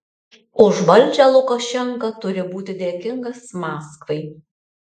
už valdžią lukašenka turi būti dėkingas maskvai